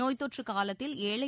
நோய் தொற்றுகாலத்தில் ஏழை